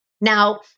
Now